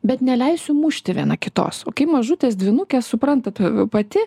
bet neleisiu mušti viena kitos o kai mažutės dvynukės suprantat pati